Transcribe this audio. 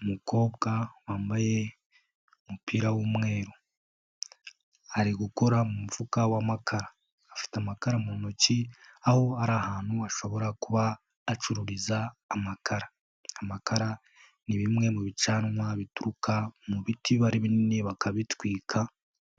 Umukobwa wambaye umupira w'umweru. Ari gukora mu mufuka w'amakara. Afite amakara mu ntoki, aho ari ahantu hashobora kuba acururiza amakara. Amakara ni bimwe mu bicanwa bituruka mu biti biba ari binini bakabitwika,